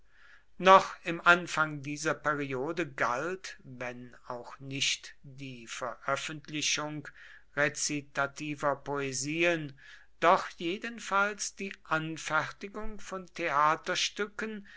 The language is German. noch im anfang dieser periode galt wenn auch nicht die veröffentlichung rezitativer poesien doch jedenfalls die anfertigung von theaterstücken